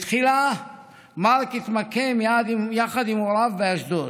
תחילה מרק התמקם יחד עם הוריו באשדוד,